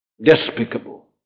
despicable